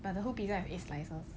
but the whole pizza have eight slices